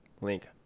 Link